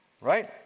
Right